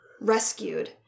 rescued